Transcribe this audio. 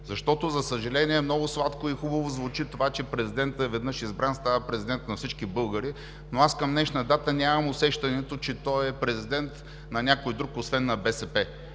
Защото, за съжаление, много сладко и хубаво звучи това, че веднъж избран, президентът става президент на всички българи, но аз към днешна дата нямам усещането, че той е президент на някой друг, освен на БСП.